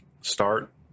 start